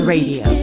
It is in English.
Radio